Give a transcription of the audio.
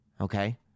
Okay